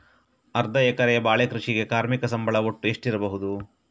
ಅರ್ಧ ಎಕರೆಯ ಬಾಳೆ ಕೃಷಿಗೆ ಕಾರ್ಮಿಕ ಸಂಬಳ ಒಟ್ಟು ಎಷ್ಟಿರಬಹುದು?